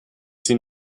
sie